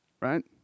right